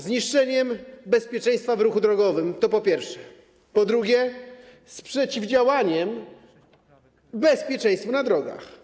Z niszczeniem bezpieczeństwa w ruchu drogowym, to po pierwsze, po drugie, z przeciwdziałaniem bezpieczeństwu na drogach.